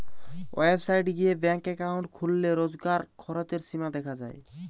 website গিয়ে bank account খুললে রোজকার খরচের সীমা দেখা যায়